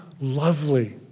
lovely